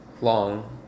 long